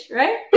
right